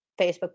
Facebook